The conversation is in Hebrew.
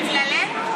בגללנו?